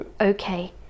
okay